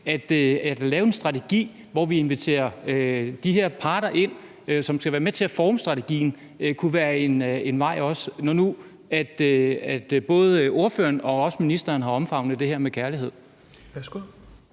at lave en strategi, hvor vi inviterer de her parter, som skal være med til at forme strategien, også kunne være en vej, når nu både ordføreren og også ministeren har omfavnet det her med kærlighed?